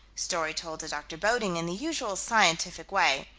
story told to dr. bodding in the usual scientific way,